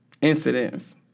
incidents